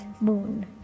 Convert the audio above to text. moon